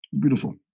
Beautiful